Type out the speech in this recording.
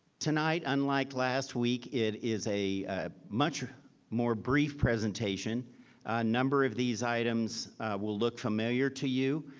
tonight, unlike last week, it is a much more brief presentation. a number of these items will look familiar to you.